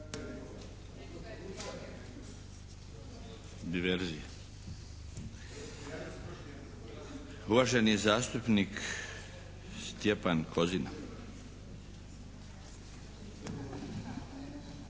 gospodin uvaženi zastupnik Stjepan Kozina,